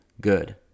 good